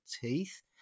teeth